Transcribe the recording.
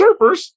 surfers